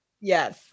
Yes